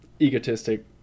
egotistic